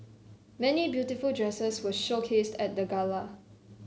many beautiful dresses were showcased at the gala